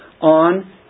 on